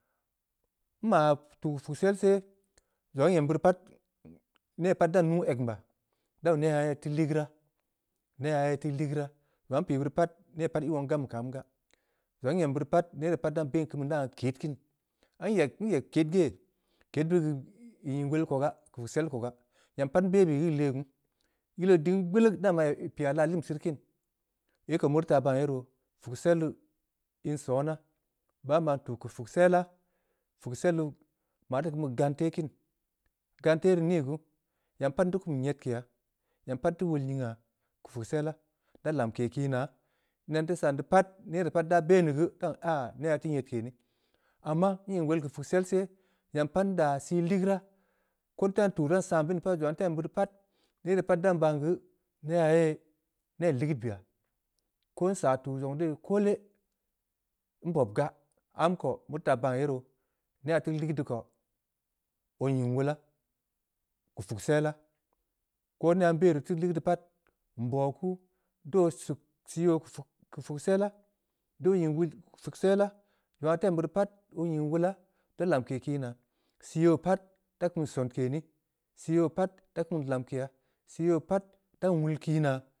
Nmaa tuu keu puksel seh, zongha nyem beuri pat, ne pat dan nuu egn baa, da ban neh aah ye teu ligeuraa-neh aah ye teu ligeuraa, zong ahh npii beurii pat ii wong gam beh keu am gaa, zong aah nyem beurii pat nere pat dan ben keun beu nked kini, nyeg-nyeg ked geh? Ked deu ii nying wol keu puksel kohgaa, nyam pat nbe beui geu ii legu? Yile ding gbilig nda ban ii piya laa limsi ruu kini, ii ko meu rii ban yeroo, puksel deu, in sonaa, baa maan tuu keuu pukselaa, puksel deu maa teu keun beu ganteh kini, ganteh rii niguu? Nya geu pat nteu kum nyedkeya, nyam geu pat nteu wol nyngha, keu puksela, nda lamke kiina, ina nteu san deu pat, nere pat da ben ni geu da baan neyha teu nyedke neh, amma nying wol keu puksel seh, nyam geu pat nying wol keu puksellaa, ko nte ran tuu dan san bini pat, zong aah nteu nyem beurii pat, nere pat dan geu, neh aah ye ne ligeud beya, ko nsaa tuu zong deh koole, nbob gaa, amko meu teun taa baan ye roo, neyha teu ligeud deu ko, oo nying wolaa. ke puksella. ko neyha nbe ri teu ligeuraa, nabi kuu, daa oo suk sii oo keu-keu puksella. daa oo nying wol keu puksella. zong aah da em beuri pat, oo nying wola, da lamke kii naa, sii oo pat da kum lamke nii, sii oo pat da kum lamkeya, sii oo pat da nwull kiina.